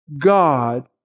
God